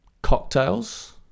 Cocktails